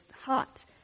hot